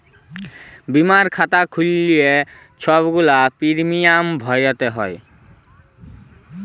বীমার খাতা খ্যুইল্লে ছব গুলা পিরমিয়াম ভ্যইরতে হ্যয়